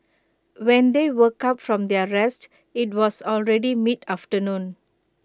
when they woke up from their rest IT was already mid afternoon